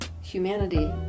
humanity